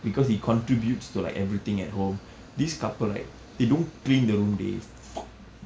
because he contributes to like everything at home this couple right they don't clean the room dey fuck